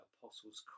Apostles